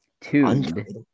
Tuned